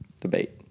debate